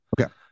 Okay